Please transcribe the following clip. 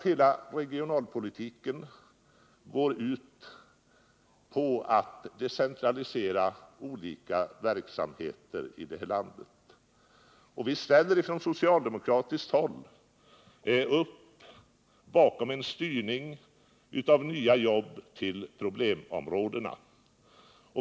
Hela regionalpolitiken går ju ut på att decentralisera olika verksamheter i det här landet. Från socialdemokratiskt håll sluter vi upp bakom en styrning av nya jobb till problemområdena.